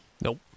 Nope